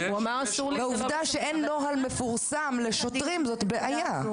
העובדה שאין נוהל מפורסם לשוטרים זו בעיה.